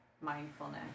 mindfulness